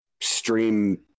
stream